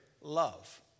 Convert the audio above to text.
love